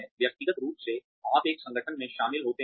व्यक्तिगत रूप से आप एक संगठन में शामिल होते हैं